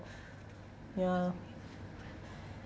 ya